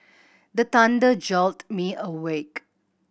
the thunder jolt me awake